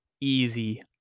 Easy